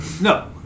No